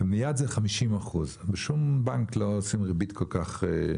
ומיד זה 50%. בשום בנק לא עושים ריבית כל כך גבוהה,